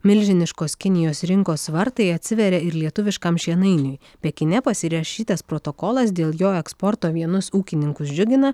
milžiniškos kinijos rinkos vartai atsiveria ir lietuviškam šienainiui pekine pasirašytas protokolas dėl jo eksporto vienus ūkininkus džiugina